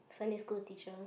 primary school teacher